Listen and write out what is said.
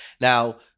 Now